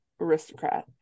aristocrat